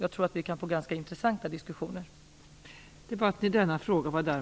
Jag tror att vi kan få ganska intressanta diskussioner.